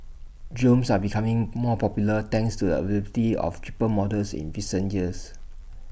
drones are becoming more popular thanks to the availability of cheaper models in recent years